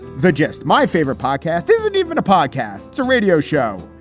the gist. my favorite podcast isn't even a podcast to radio show.